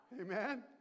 Amen